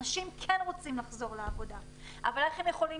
אנשים כן רוצים לחזור לעבודה אבל איך הם יכולים